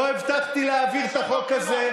לא הבטחתי להעביר את החוק הזה.